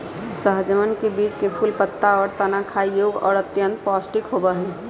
सहजनवन के बीज, फूल, पत्ता, और तना खाय योग्य और अत्यंत पौष्टिक होबा हई